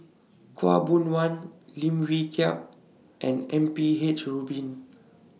Khaw Boon Wan Lim Wee Kiak and M P H Rubin